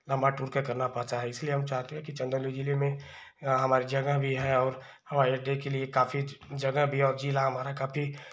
लम्बा टूर के करना पड़ता है इसलिए हम चाहते हैं कि चन्दौली जिले में हमारे जगह भी है और हवाई अड्डे के लिए काफी जगह भी है और जिला हमारा काफी